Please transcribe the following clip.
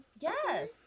Yes